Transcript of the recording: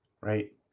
right